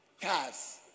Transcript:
Cars